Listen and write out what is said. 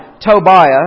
Tobiah